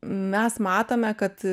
mes matome kad